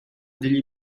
degli